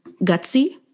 gutsy